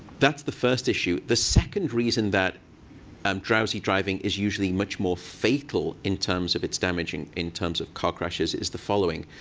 that's the first issue. the second reason that um drowsy driving is usually much more fatal in terms of it's damaging, in terms of car crashes, is the following.